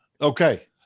Okay